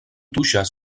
tuŝas